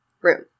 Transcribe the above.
room